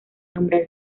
nombrar